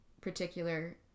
particular